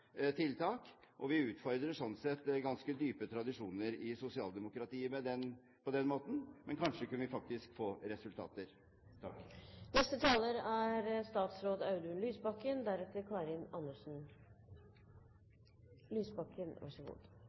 tiltak, og vi utfordrer sånn sett ganske dype tradisjoner i sosialdemokratiet på den måten, men kanskje kunne vi faktisk få resultater.